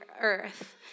earth